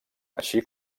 així